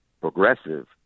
progressive